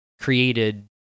created